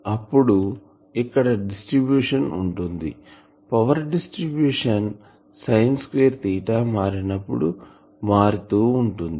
అప్పుడు ఇక్కడ డిస్ట్రిబ్యూషన్ ఉంటుందిపవర్ డిస్ట్రిబ్యూషన్ సైన్ స్క్వేర్ తీటా మారినప్పుడు మారుతూ ఉంటుంది